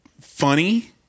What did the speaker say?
funny